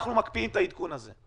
אנחנו מקפיאים את העדכון הזה.